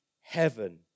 heaven